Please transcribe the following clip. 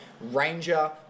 Ranger